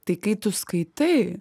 tai kai tu skaitai